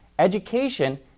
education